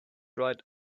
right